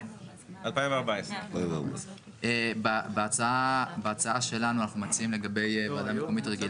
ה-75% כי בכל מקרה הוועדה המקומית או הוועדה